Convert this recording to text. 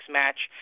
match